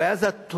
הבעיה היא התודעה,